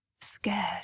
scared